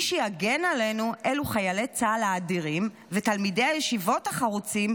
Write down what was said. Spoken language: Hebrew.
מי שיגן עלינו הוא חיילי צה"ל האדירים ותלמידי הישיבות החרוצים,